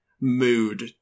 mood